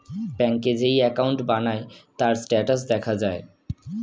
ব্যাংকে যেই অ্যাকাউন্ট বানায়, তার স্ট্যাটাস দেখা যায়